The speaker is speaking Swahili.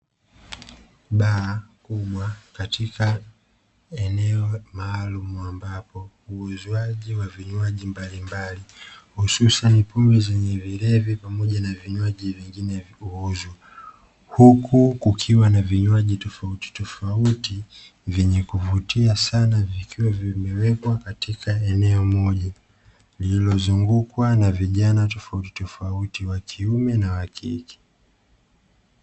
Baa kubwa katika eneo maalumu ambapo uuzwaji wa vinywaji mbalimbali hususani pombe zenye vilevi pamoja na vinywaji vingine vipoozo. Huku kukiwa na vinywaji tofauti tofauti vyenye kuvutia sana vimewekwa katika eneo moja, lililozungukwa na vijana tofauti tofauti wa kiume na wa kike.